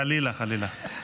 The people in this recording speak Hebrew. חלילה, חלילה.